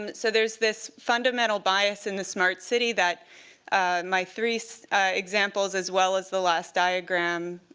um so there's this fundamental bias in the smart city that my three so examples, as well as the last diagram,